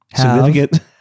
significant